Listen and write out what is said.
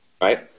Right